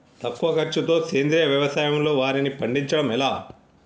తక్కువ ఖర్చుతో సేంద్రీయ వ్యవసాయంలో వారిని పండించడం ఎలా?